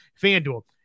fanduel